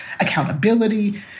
accountability